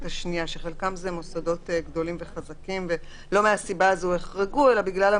ארוכה של מגבלות בתחום העבודה וצורך להגן על